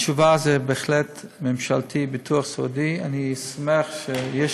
התשובה היא בהחלט ביטוח סיעודי ממשלתי.